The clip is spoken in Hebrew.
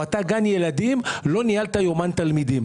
או כגן ילדים לא ניהלת יומן תלמידים.